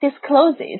discloses